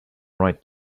right